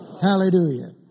Hallelujah